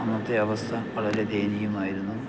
അന്നത്തെ അവസ്ഥ വളരെ ദയനീയമായിരുന്നു